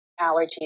allergies